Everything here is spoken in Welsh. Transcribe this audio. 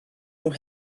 nhw